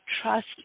trust